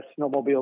snowmobile